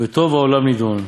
ובטוב העולם נידון,